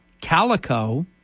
calico